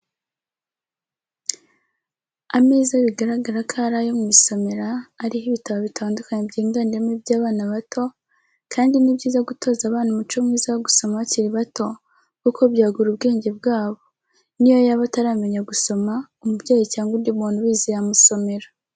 Ameza bigaragara ko ari ayo mu isomera ariho ibitabo bitandukanye byiganjemo iby'abana bato kandi ni byiza gutoza abana umuco mwiza wo gusoma bakiri bato kuko byagura ubwenge bwabo, niyo yaba ataramenya gusoma umubyeyi cyangwa undi muntu ubizi yamusomera.